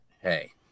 hey